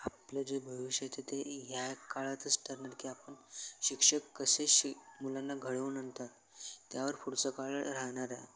आपलं जे भविष्य येते ते ह्या काळातच ठरणार की आपण शिक्षक कसे शि मुलांना घडवून आणतात त्यावर पुढचं काळ राहणार आहे